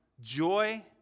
joy